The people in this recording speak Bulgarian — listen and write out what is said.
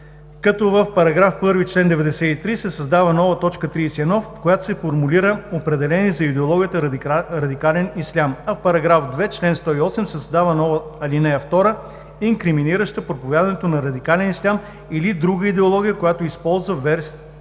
като в § 1, чл. 93 се създава нова т. 31, в която се формулира определение за идеологията „радикален ислям“, а в § 2 на чл. 108 се създава нова ал. 2, инкриминираща проповядването на радикален ислям или друга идеология, която използва верски